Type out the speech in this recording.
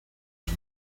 los